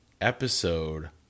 episode